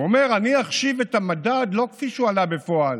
הוא אומר: אני אחשיב את המדד לא כפי שהוא עלה בפועל